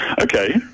Okay